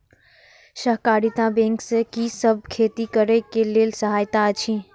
सहकारिता बैंक से कि सब खेती करे के लेल सहायता अछि?